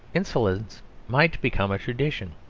insolence might become a tradition.